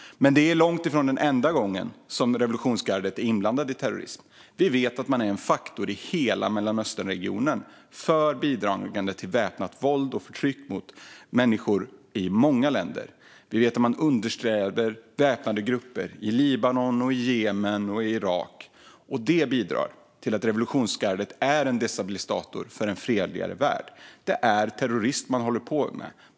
Men detta är långt ifrån den enda gången som revolutionsgardet är inblandat i terrorism. Vi vet att man är en faktor i hela Mellanösternregionen som bidrar till väpnat våld och förtryck mot människor i många länder. Vi vet att man understöder väpnade grupper i Libanon, Jemen och Irak. Och det bidrar till att revolutionsgardet är en destabilisator för en fredligare värld. Det är terrorism som man håller på med.